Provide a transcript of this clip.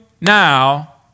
Now